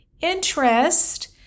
interest